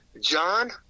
John